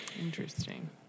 Interesting